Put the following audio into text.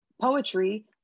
poetry